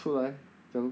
出来